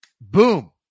boom